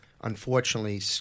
Unfortunately